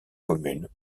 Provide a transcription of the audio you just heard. commune